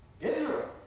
Israel